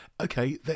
okay